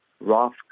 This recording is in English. Roth